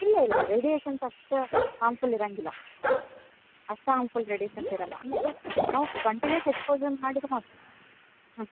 ಇಲ್ಲ ಇಲ್ಲ ರೆಡೀಷನ್ ಅಷ್ಟು ಹಾರ್ಮ್ಫುಲ್ ಇರೋಂಗಿಲ್ಲ ಅಷ್ಟು ಹಾರ್ಮ್ಫುಲ್ ರೆಡೀಷನ್ ಇರಲ್ಲ ಮತ್ತೆ ನಾವು ಕಂಟಿನ್ಯೂಸ್ ಎಕ್ಸಪೋಷನ್ ಮಾಡಿದರೆ ಮಾಡ್ತೀವಿ ಹ್ಞೂ